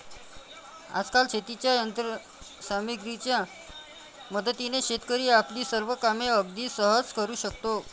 आजकाल शेतीच्या यंत्र सामग्रीच्या मदतीने शेतकरी आपली सर्व कामे अगदी सहज करू शकतो